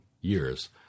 years